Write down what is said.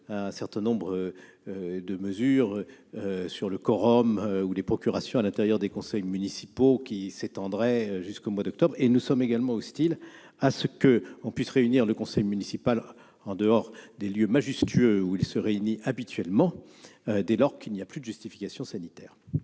un certain nombre de mesures sur le quorum ou les procurations au sein des conseils municipaux valables jusqu'au mois d'octobre, mais aussi au fait que l'on puisse réunir le conseil municipal en dehors des lieux majestueux où il se réunit habituellement, dès lors qu'il n'y a plus de justification sanitaire.